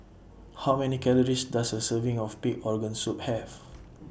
How Many Calories Does A Serving of Pig Organ Soup Have